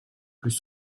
plus